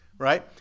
right